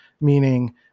Meaning